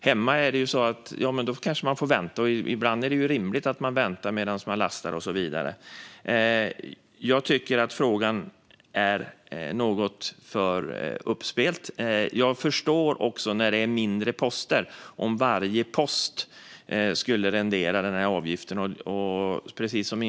Ibland är det naturligtvis rimligt att trafiken får vänta medan man lastar. Jag tycker att frågan görs något för stor. Jag förstår också problemet om varje post skulle rendera en avgift när det handlar om mindre poster.